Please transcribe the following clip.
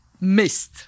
missed